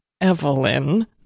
Evelyn